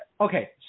Okay